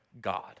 God